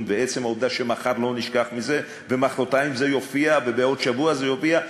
ועצם העובדה שמחר לא נשכח מזה ומחרתיים זה יופיע ובעוד שבוע זה יופיע,